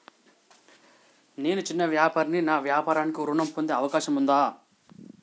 నేను చిన్న వ్యాపారిని నా వ్యాపారానికి ఋణం పొందే అవకాశం ఉందా?